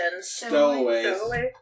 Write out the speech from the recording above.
Stowaways